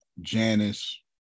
Janice